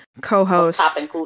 co-host